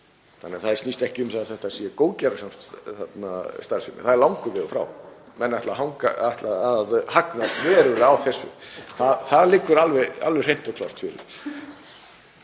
þannig að það snýst ekki um að þetta sé góðgerðarstarfsemi. Það er langur vegur frá. Menn ætla að hagnast verulega á þessu. Það liggur alveg hreint og klárt fyrir.